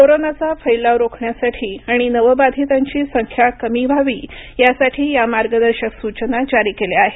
कोरोनाचा फैलाव रोखण्यासाठी आणि नवबाधितांची संख्या कमी व्हावी यासाठी या मार्गदर्शक सूचना जारी केल्या आहेत